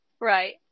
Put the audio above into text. Right